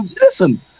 Listen